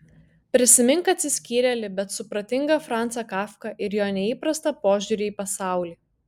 prisimink atsiskyrėlį bet supratingą francą kafką ir jo neįprastą požiūrį į pasaulį